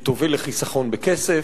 היא תוביל לחיסכון בכסף,